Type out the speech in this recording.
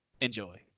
Enjoy